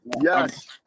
yes